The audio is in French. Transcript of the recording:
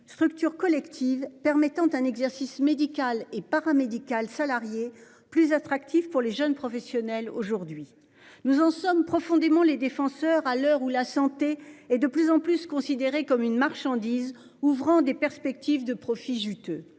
structures collectives permettant un exercice médical et paramédical salariés plus attractif pour les jeunes professionnels aujourd'hui nous en sommes profondément les défenseurs à l'heure où la santé et de plus en plus considérée comme une marchandise, ouvrant des perspectives de profits juteux